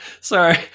sorry